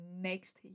next